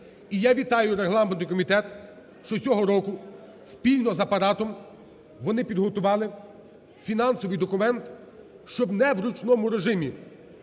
І я вітаю Регламентний комітет, що цього року спільно з апаратом вони підготували фінансовий документ, щоб не в ручному режимі,